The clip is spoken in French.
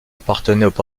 appartenaient